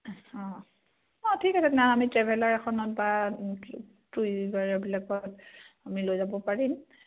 অঁ অঁ ঠিক আছে তেনেহ'লে আমি ট্ৰেভেলাৰ এখনত বা বিলাকত আমি লৈ যাব পাৰিম